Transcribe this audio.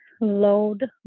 load